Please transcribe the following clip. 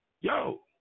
yo